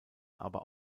aber